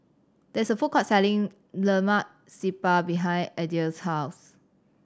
there is a food court selling Lemak Siput behind Adell's house